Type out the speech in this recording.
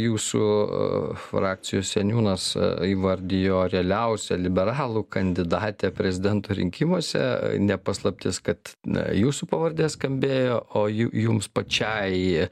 jūsų frakcijos seniūnas įvardijo realiausią liberalų kandidatę prezidento rinkimuose ne paslaptis kad jūsų pavardė skambėjo o ju jums pačiai